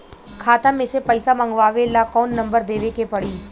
खाता मे से पईसा मँगवावे ला कौन नंबर देवे के पड़ी?